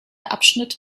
abschnitt